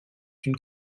une